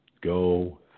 Go